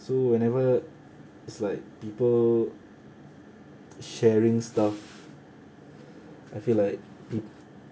so whenever it's like people sharing stuff I feel like it